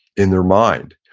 in their mind.